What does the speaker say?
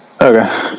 okay